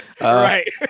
Right